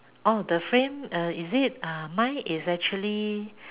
oh the frame err is it uh mine is actually